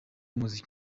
b’umuziki